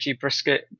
Brisket